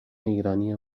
ایرانی